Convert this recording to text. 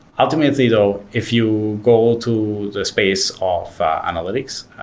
ultimately though, if you go to the space of analytics,